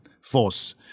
force